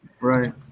Right